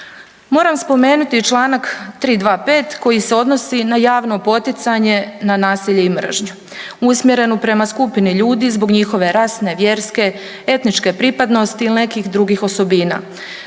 Moram spomenuti i čl. 325. koji se odnosi na javno poticanje na nasilje i mržnju usmjerenu prema skupini ljudi zbog njihove rasne, vjerske, etničke pripadnosti ili nekih drugih osobinama.